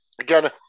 again